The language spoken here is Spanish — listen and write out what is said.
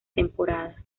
temporada